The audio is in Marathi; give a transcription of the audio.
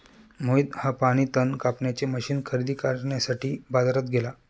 मोहित हा पाणी तण कापण्याचे मशीन खरेदी करण्यासाठी बाजारात गेला